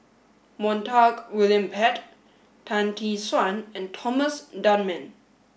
Montague William Pett Tan Tee Suan and Thomas Dunman